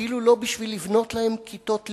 אפילו לא בשביל לבנות להם כיתות לימוד,